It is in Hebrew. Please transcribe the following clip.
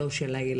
לא רק של הילדים.